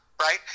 Right